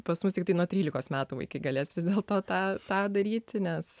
pas mus tiktai nuo trylikos metų vaikai galės vis dėlto tą tą daryti nes